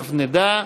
תכף נדע.